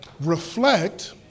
Reflect